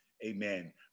Amen